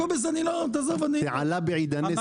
"תעלא בעידניה סגיד ליה".